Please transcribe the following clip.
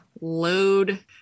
load